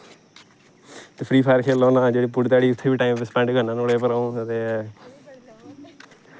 free Fire खेलना होना जेहड़ी पूरी घ्याड़ी उत्थै बी टाइम सपैंड करना ओहदे उप्पर अऊं ते़